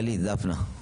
כללית, דפנה.